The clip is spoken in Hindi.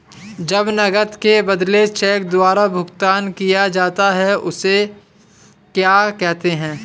जब नकद के बदले चेक द्वारा भुगतान किया जाता हैं उसे क्या कहते है?